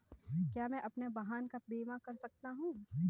क्या मैं अपने वाहन का बीमा कर सकता हूँ?